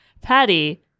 Patty